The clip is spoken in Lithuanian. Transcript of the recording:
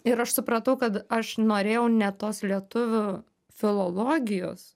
ir aš supratau kad aš norėjau ne tos lietuvių filologijos